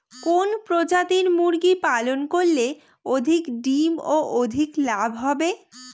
কোন প্রজাতির মুরগি পালন করলে অধিক ডিম ও অধিক লাভ হবে?